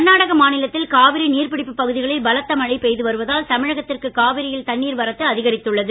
கர்நாடக மாநிலத்தில் காவிரி நீர்ப்பிடிப்புப் பகுதிகளில் பலத்த மழை பெய்து வருவதால் தமிழகத்திற்கு காவிரியில் தண்ணீர் வரத்து அதிகரித்துள்ளது